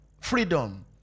freedom